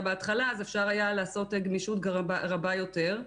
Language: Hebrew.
בהתחלה אז אפשר היה לעשות גמישות רבה יותר,